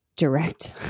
Direct